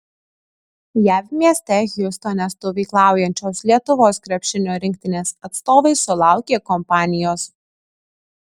jav mieste hjustone stovyklaujančios lietuvos krepšinio rinktinės atstovai sulaukė kompanijos